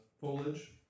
foliage